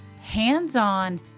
hands-on